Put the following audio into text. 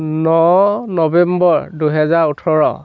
ন নৱেম্বৰ দুই হাজাৰ ওঠৰ